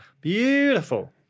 Beautiful